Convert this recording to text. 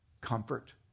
comfort